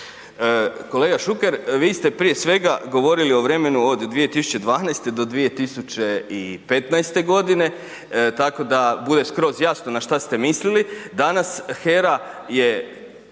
Kolega Šuker, vi ste prije svega govorili o vremenu od 2012.-2015. godine, tako da bude skroz jasno na što ste mislili. Danas HERA je